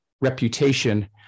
reputation